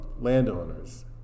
landowners